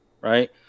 right